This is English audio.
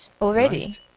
already